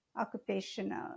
occupational